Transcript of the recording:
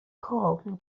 become